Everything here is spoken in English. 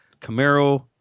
Camaro